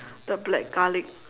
the black garlic